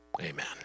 Amen